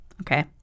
okay